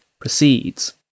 proceeds